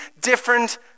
different